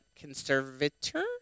conservator